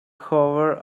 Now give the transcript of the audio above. hoover